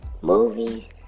Movies